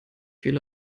viel